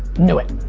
knew it.